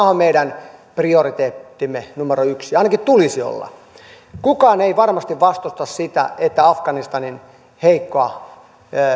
on meidän prioriteettimme numero yksi ainakin tulisi olla kukaan ei varmasti vastusta sitä että afganistanin heikkoa